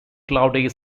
claude